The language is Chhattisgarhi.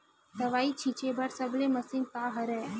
दवाई छिंचे बर सबले मशीन का हरे?